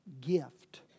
gift